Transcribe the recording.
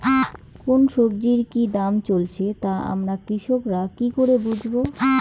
কোন সব্জির কি দাম চলছে তা আমরা কৃষক রা কি করে বুঝবো?